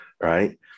right